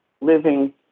living